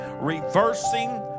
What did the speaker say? reversing